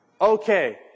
Okay